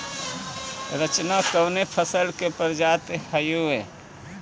रचना कवने फसल के प्रजाति हयुए?